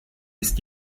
ist